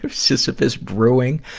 sisyphus brewing.